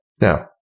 Now